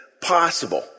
possible